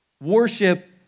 worship